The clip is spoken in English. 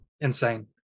insane